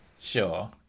Sure